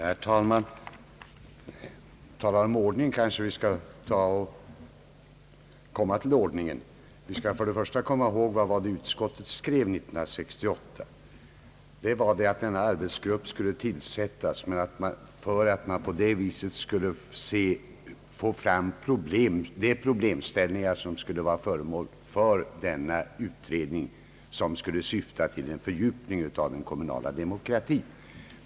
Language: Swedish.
Herr talman! När det talas om ordning kanske vi skall komma till ordningen. Vi skall komma ihåg vad utskottet skrev 1968, nämligen att denna arbetsgrupp skulle tillsättas för att man skulle få fram de problemställningar som skulle vara föremål för denna utredning, syftande till en fördjupning av den kommunala demokratin.